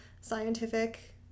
scientific